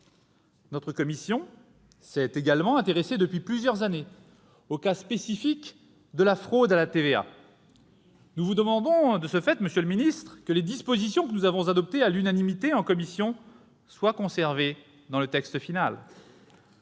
Notre commission s'est également intéressée depuis plusieurs années au cas spécifique de la fraude à la TVA. Nous vous demandons, de ce fait, monsieur le ministre, que les dispositions que nous avons adoptées à l'unanimité en commission soient conservées dans le texte final.